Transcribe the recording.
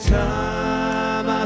time